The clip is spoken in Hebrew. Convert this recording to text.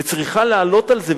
וצריכה לעלות על זה,